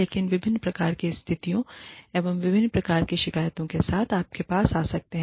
लोग विभिन्न प्रकार की स्थितियों एवं विभिन्न प्रकार की शिकायतों के साथ आपके पास आ सकते हैं